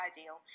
ideal